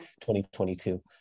2022